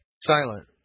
silent